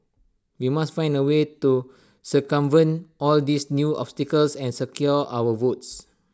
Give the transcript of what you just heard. we must find A way to circumvent all these new obstacles and secure our votes